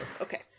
Okay